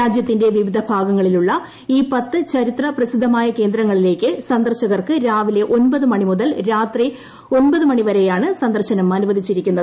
രാജ്യത്തിന്റെ വിവിധ ഭാഗങ്ങളിലുള്ള ഈ പത്ത് ചരിത്ര പ്രസിദ്ധമായ കേന്ദ്രങ്ങളിലേക്ക് സന്ദർശകർക്ക് രാവിലെ ഒൻപത് മണി രാത്രി ഒൻപത് മണിവരെയാണ് മുതൽ സന്ദർശനം അനുവദിച്ചിരിക്കുന്നത്